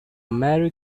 merry